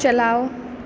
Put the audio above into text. چلاؤ